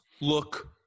look